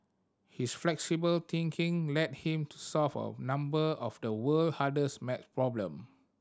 his flexible thinking led him to solve a number of the world hardest maths problem